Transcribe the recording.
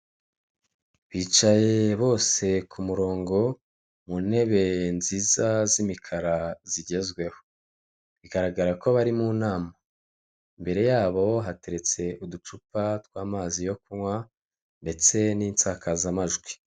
Bicaye bose ku murongo, muntebe nziza z'imikara zigezweho. Bigaragara ko bari mu inama, imbere yabo hateretse uducupa tw'amazi yo kunywa ndetse n'insakazajwi.